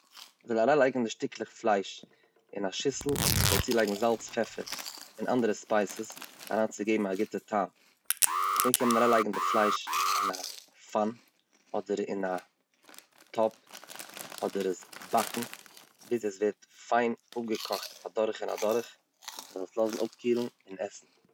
מ'זאל אריינלייגן די שטיקלעך פלייש אין א שיסל, מ'זאל צולייגן זאלץ, פעפער און אנדערע ספייסעס אריינצוגעבן א גוטע טעם נאכדעם קען מען אריינלייגן די פלייש אין א פאן אדער אין א טאפ אדער עס באקן ביז עס ווערט פיין אפגעקאכט אדורך און אדורך, מ'זאל עס לאזן אפקילן און עסן.